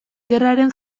gerraren